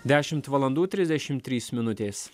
dešimt valandų trisdešim trys minutės